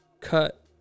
cut